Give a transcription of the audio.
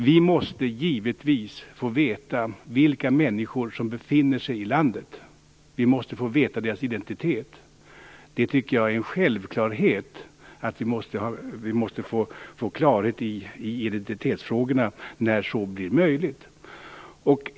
Vi måste givetvis veta vilka människor som befinner sig i landet. Vi måste veta deras identitet. Jag tycker att det är självklart att vi måste få klarhet i identitetsfrågorna när så är möjligt.